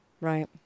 Right